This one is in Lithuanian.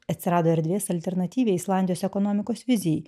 atsirado erdvės alternatyviai islandijos ekonomikos vizijai